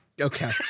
Okay